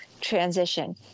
transition